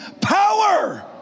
power